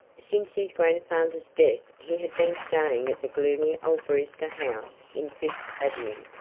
since his grandfather's death he had been staying at the gloomy old brewster house in fifth avenue,